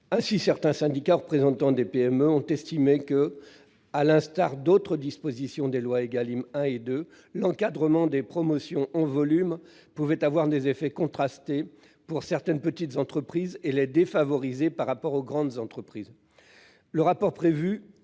Ainsi, certains syndicats représentant des PME estiment que, à l'instar d'autres dispositions des lois Égalim 1 et 2, l'encadrement des promotions en volume peut avoir des effets contrastés pour certaines petites entreprises et les défavoriser par rapport aux grands groupes.